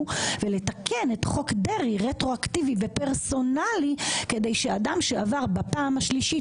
ולתקן את חוק דרעי רטרואקטיבית בפרסונלי כדי שאדם שעבר בפעם השלישית,